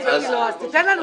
אז תיתן לנו קודם.